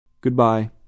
Goodbye